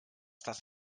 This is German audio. das